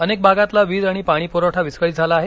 अनेक भागातला वीज आणि पाणी प्रवठा विस्कळीत झाला आहे